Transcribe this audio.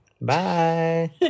Bye